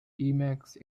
emacs